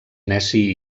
neci